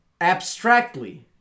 Abstractly